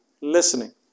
listening